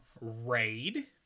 Raid